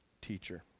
teacher